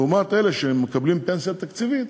לעומתם, אלה שמקבלים פנסיה תקציבית,